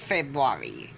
February